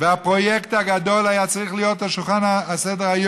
והפרויקט הגדול היה צריך להיות על שולחן סדר-היום.